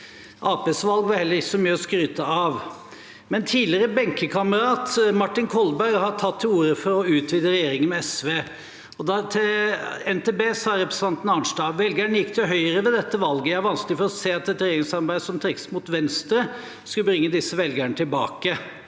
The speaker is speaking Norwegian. valg var heller ikke så mye å skryte av. Min tidligere benkekamerat, Martin Kolberg, har tatt til orde for å utvide regjeringen med SV. Til NTB sa representanten Arnstad: «Velgerne gikk til høyre ved dette valget. Jeg har vanskelig for å se at et regjeringssamarbeid som trekkes mot venstre, skulle bringe disse velgerne tilbake.»